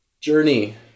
journey